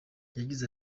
yagize